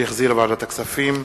שהחזירה ועדת הכספים,